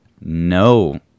no